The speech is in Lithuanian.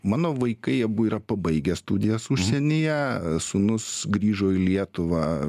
mano vaikai abu yra pabaigę studijas užsienyje sūnus grįžo į lietuvą